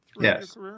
Yes